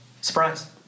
surprise